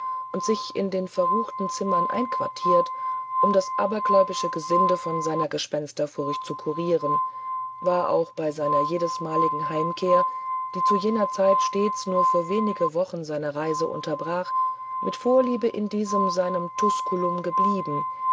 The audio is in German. und sich in den verrufenen zimmern einquartiert um das abergläubische gesinde von seiner gespensterfurcht zu kurieren war auch bei seiner jedesmaligen heimkehr die zu jener zeit stets nur für wenige wochen seine reise unterbrach mit vorliebe in diesem seinem tuskulum verblieben